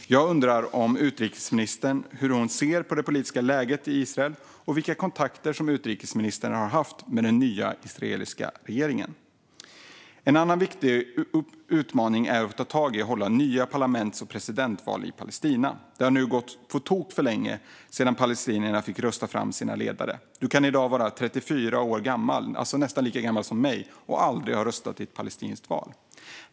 Jag undrar hur utrikesministern ser på det politiska läget i Israel, och vilka kontakter som utrikesministern har haft med den nya israeliska regeringen. En annan viktig utmaning att ta tag i är att hålla nya parlaments och presidentval i Palestina. Det har nu gått på tok för lång tid sedan palestinierna fick rösta fram sina ledare. Du kan i dag vara 34 år gammal, alltså nästan lika gammal som jag är, och aldrig ha röstat i ett palestinskt val.